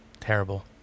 terrible